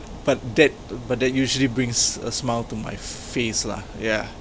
but that but that usually brings a smile to my face lah yeah